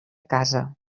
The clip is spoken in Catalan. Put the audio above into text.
casa